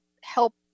help